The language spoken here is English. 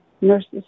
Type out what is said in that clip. nurses